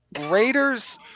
Raiders